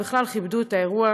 ובכלל כיבדו את האירוע,